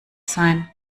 sein